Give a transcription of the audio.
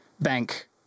bank